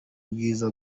bwiza